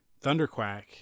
Thunderquack